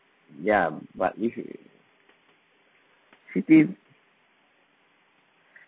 ya but usually city